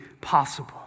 possible